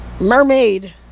mermaid